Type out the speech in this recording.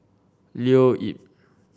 Leo Yip